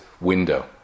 window